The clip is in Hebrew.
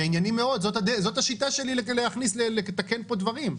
זה ענייני מאוד, זאת השיטה שלי לתקן פה דברים.